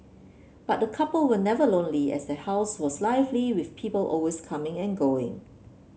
but the couple were never lonely as their house was lively with people always coming and going